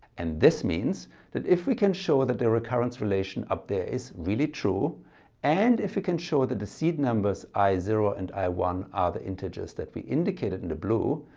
and this means that if we can show that the recurrence relation up there is really true and if we can show that the seed numbers i zero and i one are the integers that we indicated in the blue,